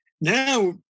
Now